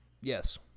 Yes